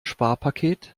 sparpaket